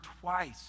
twice